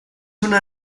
una